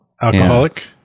Alcoholic